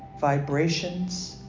vibrations